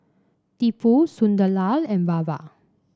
Tipu Sunderlal and Baba